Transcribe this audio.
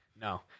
No